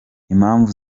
impamvu